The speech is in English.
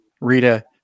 Rita